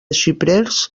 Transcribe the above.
xiprers